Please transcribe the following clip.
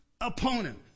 opponent